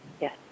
Yes